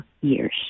years